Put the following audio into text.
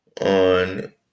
on